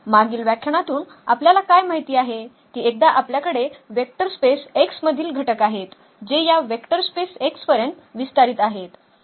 मागील व्याख्यानातून आपल्याला काय माहित आहे की एकदा आपल्याकडे वेक्टर स्पेस x मधील घटक आहेत जे या वेक्टर स्पेस x पर्यंत विस्तारित आहेत